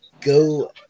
go